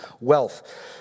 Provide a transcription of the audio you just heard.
Wealth